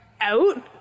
out